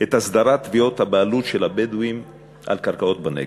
את הסדרת תביעות הבעלות של הבדואים על קרקעות בנגב.